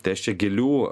tai aš čia gilių